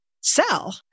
sell